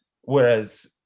Whereas